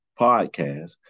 podcast